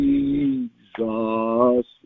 Jesus